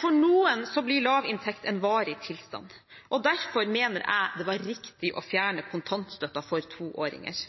For noen blir lavinntekt en varig tilstand. Derfor mener jeg det var riktig å fjerne kontantstøtten for toåringer.